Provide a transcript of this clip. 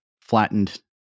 flattened